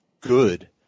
good